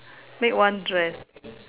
make one dress